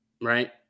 right